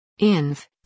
Inv